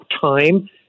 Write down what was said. time